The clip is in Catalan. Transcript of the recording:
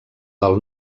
del